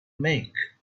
make